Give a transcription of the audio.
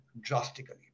drastically